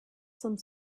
some